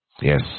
Yes